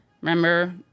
Remember